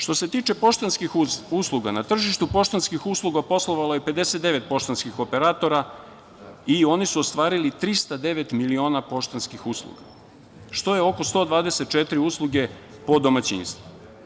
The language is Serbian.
Što se tiče poštanskih usluga, na tržištu poštanskih usluga poslovalo je 59 poštanskih operatora i oni su ostvarili 309 miliona poštanskih usluga, što je oko 124 usluge po domaćinstvu.